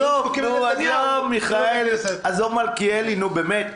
עזוב מלכיאלי, נו באמת.